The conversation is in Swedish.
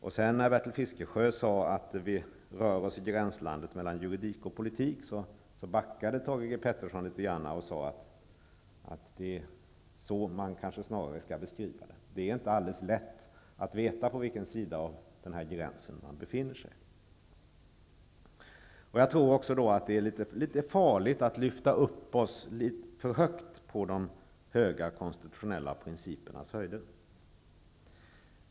När sedan Bertil Fiskesjö sade att vi rör oss i gränslandet mellan juridik och politik, backade Thage G. Peterson litet grand och sade att det kanske snarare är så man skall beskriva det. Det är inte alldeles lätt att veta på vilken sida av den här gränsen man befinner sig. Det är litet farligt att lyfta upp oss för högt på de konstitutionella principernas höjder.